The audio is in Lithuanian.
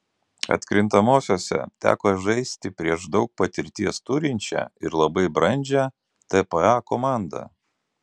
atkrintamosiose teko žaisti prieš daug patirties turinčią ir labai brandžią tpa komandą